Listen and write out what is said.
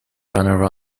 runner